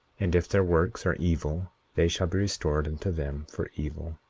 and if their works are evil they shall be restored unto them for evil.